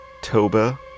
Toba